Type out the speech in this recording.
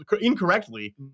incorrectly